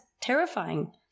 terrifying